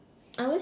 I always